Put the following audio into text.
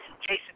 Jason